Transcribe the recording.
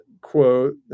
quote